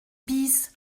bis